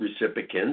recipients